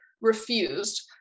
refused